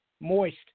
Moist